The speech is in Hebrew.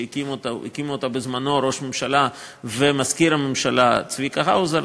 שהקימו אותה בזמנו ראש הממשלה ומזכיר הממשלה צביקה האוזר,